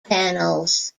panels